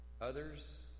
Others